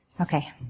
Okay